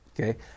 okay